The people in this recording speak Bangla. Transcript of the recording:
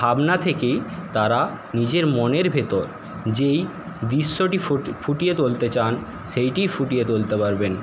ভাবনা থেকেই তারা নিজের মনের ভেতর যেই দৃশ্যটি ফুটে ফুটিয়ে তুলতে চান সেইটিই ফুটিয়ে তুলতে পারবেন